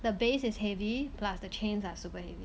the base is heavy plus the chains are super heavy